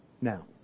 Now